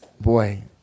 Boy